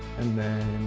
and then